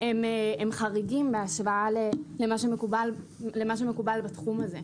הם חריגים בהשוואה למה שמקובל בתחום הזה,